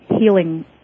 healing